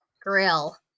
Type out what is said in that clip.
grill